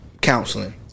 counseling